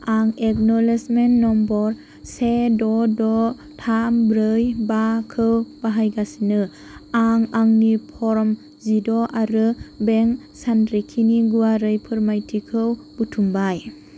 आं acknowledgement number से द' द' थाम ब्रै बाखौ बाहायगासिनो आं आंनि फर्म जिद' आरो बेंक सानरिखिनि गुवारै फोरमायथिखौ बुथुमबाय